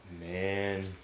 man